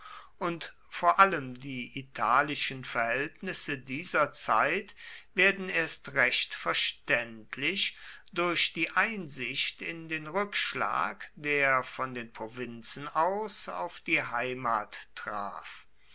und vor allem die italischen verhältnisse dieser zeit werden erst verständlich durch die einsicht in den rückschlag der von den provinzen aus auf die heimat traf